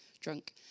drunk